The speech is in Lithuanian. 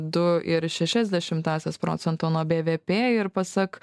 du ir šešias dešimtąsias procento nuo bvp ir pasak